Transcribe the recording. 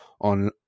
on